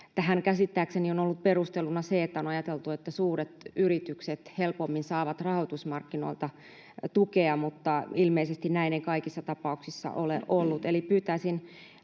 Tähän käsittääkseni on ollut perusteluna se, että on ajateltu, että suuret yritykset helpommin saavat rahoitusmarkkinoilta tukea, mutta ilmeisesti näin ei kaikissa tapauksissa ole ollut.